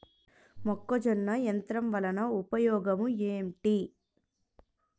మొక్కజొన్న యంత్రం వలన ఉపయోగము ఏంటి?